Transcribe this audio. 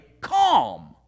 calm